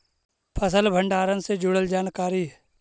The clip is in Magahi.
फसल भंडारन से जुड़ल जानकारी?